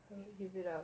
live with it lah